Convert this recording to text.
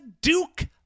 Duke